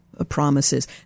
Promises